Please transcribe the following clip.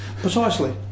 Precisely